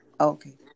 okay